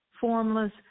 formless